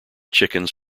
chickens